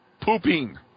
pooping